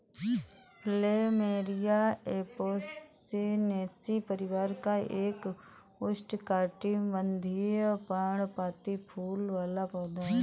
plumeria Apocynaceae परिवार का एक उष्णकटिबंधीय, पर्णपाती फूल वाला पौधा है